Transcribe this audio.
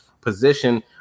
position